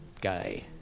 Guy